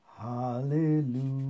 hallelujah